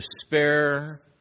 despair